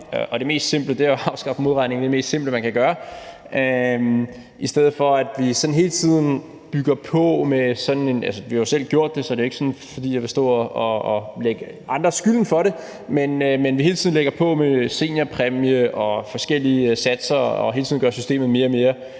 det mest simple er at afskaffe modregningen, det er nemlig det mest simple, man kan gøre, i stedet for at vi hele tiden bygger på – vi har jo selv gjort det, så det er ikke, fordi jeg vil tillægge andre skylden for det – med seniorpræmie og forskellige satser og hele tiden gør systemet mere og mere